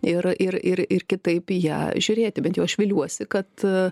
ir ir ir ir kitaip į ją žiūrėti bent jau aš viliuosi kad